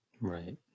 Right